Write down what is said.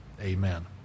Amen